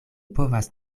povas